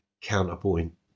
Counterpoint